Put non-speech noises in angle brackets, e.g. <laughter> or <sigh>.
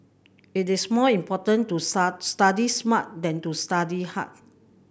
it is more important to <unintelligible> study smart than to study hard